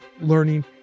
learning